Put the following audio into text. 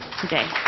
today